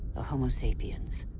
a homo sapiens,